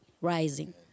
rising